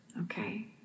okay